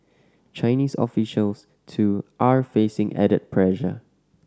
Chinese officials too are facing added pressure